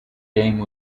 game